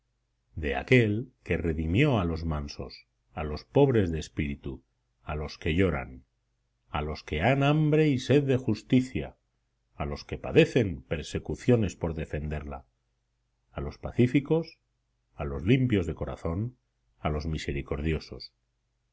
de aquel que redimió a los mansos a los pobres de espíritu a los que lloran a los que han hambre y sed de justicia a los que padecen persecuciones por defenderla a los pacíficos a los limpios de corazón a los misericordiosos